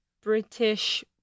British